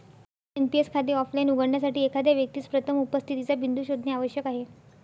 NPS खाते offline उघडण्यासाठी, एखाद्या व्यक्तीस प्रथम उपस्थितीचा बिंदू शोधणे आवश्यक आहे